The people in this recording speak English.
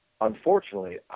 Unfortunately